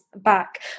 back